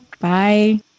Bye